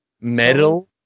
Metal